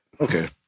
okay